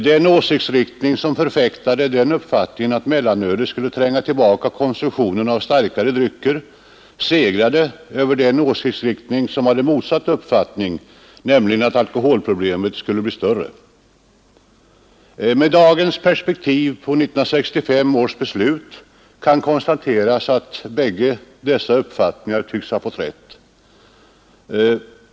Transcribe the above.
Den åsiktsriktning som förfäktade den uppfattningen att mellanölet skulle tränga tillbaka konsumtionen av starkare drycker segrade över den åsiktsriktning som hade motsatt uppfattning, nämligen att alkoholproblemet skulle bli större. Med dagens perspektiv på 1965 års beslut kan konstateras att bägge dessa uppfattningar tycks ha fått rätt.